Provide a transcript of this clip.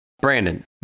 Brandon